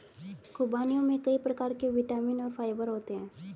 ख़ुबानियों में कई प्रकार के विटामिन और फाइबर होते हैं